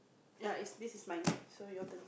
yeah is this is mine so your turn